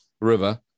river